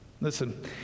Listen